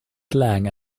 slang